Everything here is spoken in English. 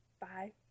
bye